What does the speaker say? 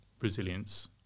resilience